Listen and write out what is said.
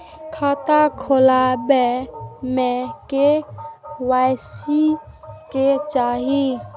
खाता खोला बे में के.वाई.सी के चाहि?